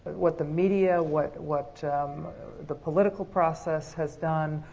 what the media, what what um the political process has done,